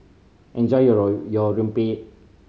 enjoy your your rempeyek